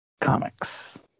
comics